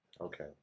Okay